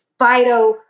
phyto